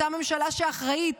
אותה ממשלה שאחראית